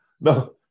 no